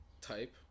type